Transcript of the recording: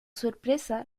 sorpresa